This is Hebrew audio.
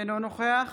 אינו נוכח